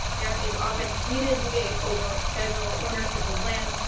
there is often heated debate over federal ownership of land.